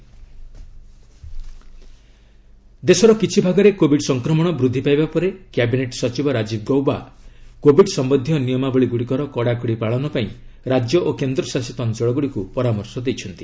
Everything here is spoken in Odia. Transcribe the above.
କ୍ୟାବିନେଟ୍ ସେକ୍ରେଟାରୀ ଷ୍ଟେଟସ୍ ଦେଶର କିଛି ଭାଗରେ କୋବିଡ୍ ସଂକ୍ରମଣ ବୃଦ୍ଧି ପାଇବା ପରେ କ୍ୟାବିନେଟ୍ ସଚିବ ରାଜୀବ ଗୌବା କୋବିଡ୍ ସମ୍ବନ୍ଧୀୟ ନିୟମାବଳୀ ଗୁଡ଼ିକର କଡ଼ାକଡ଼ି ପାଳନ ପାଇଁ ରାଜ୍ୟ ଓ କେନ୍ଦ୍ରଶାସିତ ଅଞ୍ଚଳଗୁଡ଼ିକୁ ପରାମର୍ଶ ଦେଇଛନ୍ତି